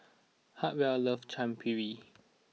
Hartwell loves Chaat Papri